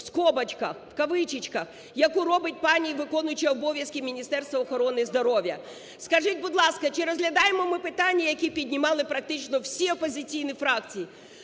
(в скобочках, в кавычечках), яку робить пані і виконуюча обов'язки Міністерства охорони здоров'я? Скажіть, будь ласка, чи розглядаємо ми питання, які піднімали практично всі опозиційні фракції,